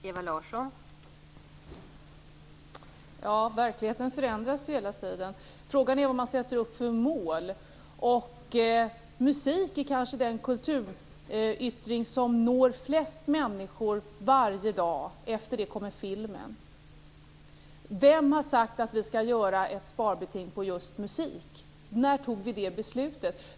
Fru talman! Verkligheten förändras ju hela tiden. Frågan är vad man sätter upp för mål. Musik är kanske den kulturyttring som når flest människor varje dag. Efter musiken kommer filmen. Vem har sagt att vi skall göra ett sparbeting på just musik? När fattade vi det beslutet?